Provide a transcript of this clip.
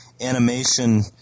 animation